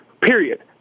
period